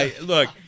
Look